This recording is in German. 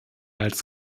als